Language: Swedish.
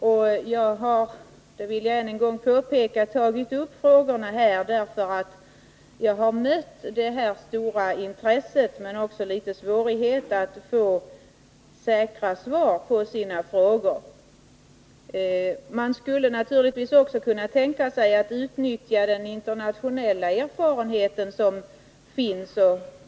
Jag vill än en gång påpeka att jag har tagit upp de här frågorna därför att jag har mött ett stort intresse för dem hos de människor som arbetar med detta, men de har samtidigt haft svårigheter när det gäller att få klargörande svar på sina frågor. Man skulle naturligtvis också kunna tänka sig att utnyttja den internationella erfarenhet som finns.